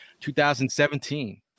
2017